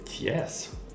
Yes